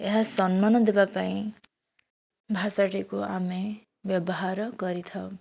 ଏହା ସମ୍ମାନ ଦେବାପାଇଁ ଭାଷାଟିକୁ ଆମେ ବ୍ୟବହାର କରିଥାଉ